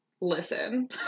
listen